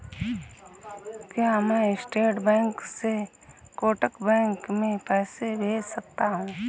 क्या मैं State Bank से कोटक बैंक में पैसे भेज सकता हूँ?